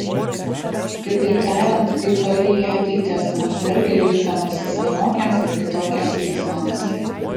kitaip tariant kaip toli į ateitį asmuo žvelgia ryždamasis vienokiems ar kitokiems veiksmams